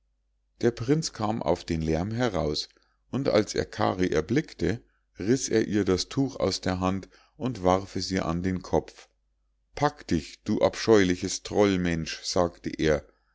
der prinz kam auf den lärm heraus und als er kari erblickte riß er ihr das tuch aus der hand und warf es ihr an den kopf pack dich du abscheuliches trollmensch sagte er